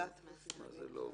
מה זה "לא"?